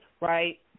right